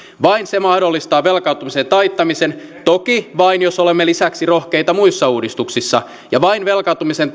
vain se mahdollistaa velkaantumisen taittamisen toki vain jos olemme lisäksi rohkeita muissa uudistuksissa ja vain velkaantumisen